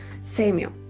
Samuel